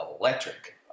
electric